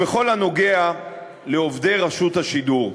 בכל הנוגע לעובדי רשות השידור,